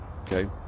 okay